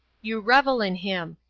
you revel in him.